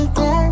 go